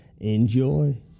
Enjoy